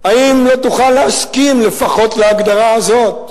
האם לא תוכל להסכים לפחות להגדרה הזאת: